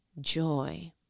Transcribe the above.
Joy